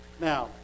Now